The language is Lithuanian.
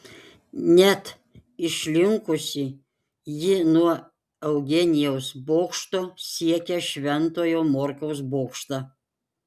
net išlinkusi ji nuo eugenijaus bokšto siekia šventojo morkaus bokštą